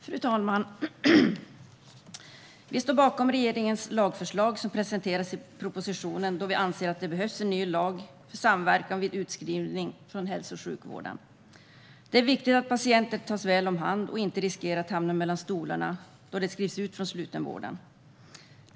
Fru talman! Vi står bakom regeringens lagförslag som presenteras i propositionen, då vi anser att det behövs en ny lag för samverkan vid utskrivning från hälso och sjukvården. Det är viktigt att patienter tas väl om hand och inte riskerar att hamna mellan stolarna när de skrivs ut från slutenvården.